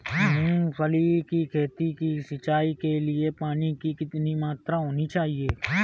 मूंगफली की खेती की सिंचाई के लिए पानी की कितनी मात्रा होनी चाहिए?